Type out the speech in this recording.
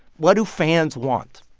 what do fans want?